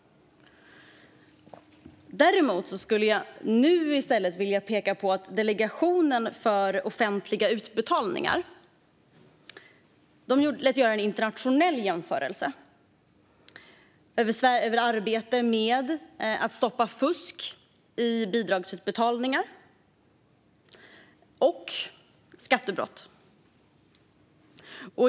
Däremot skulle jag nu vilja peka på att Delegationen för korrekta utbetalningar lät göra en internationell jämförelse gällande arbete med att stoppa fusk i samband med bidragsutbetalningar samt skattebrott.